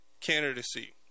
candidacy